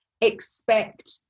expect